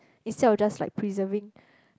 instead of just like preserving